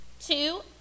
Two